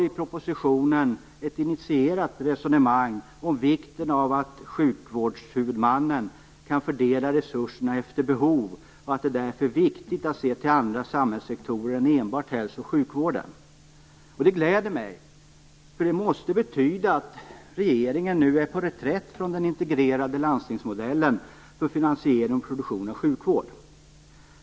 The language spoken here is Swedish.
I propositionen för man ett initierat resonemang om vikten av att sjukvårdshuvudmannen kan fördela resurserna efter behov och att det därför är viktigt att också se till andra samhällssektorer, alltså inte enbart till hälso och sjukvården. Detta gläder mig, för det måste betyda att regeringen nu är på reträtt från den integrerade landstingsmodellen för finansiering och produktion av sjukvård.